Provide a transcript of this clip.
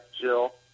Jill